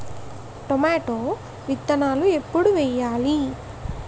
Tomato విత్తనాలు ఎప్పుడు వెయ్యాలి?